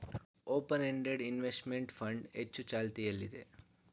open ended investment fund ಹೆಚ್ಚು ಚಾಲ್ತಿಯಲ್ಲಿದೆ